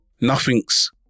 Nothing's